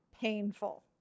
Painful